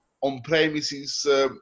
on-premises